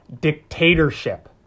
dictatorship